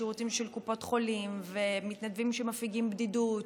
שירותים של קופות חולים ומתנדבים שמפיגים בדידות,